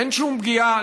אין שום פגיעה,